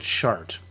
chart